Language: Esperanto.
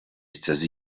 estas